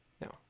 No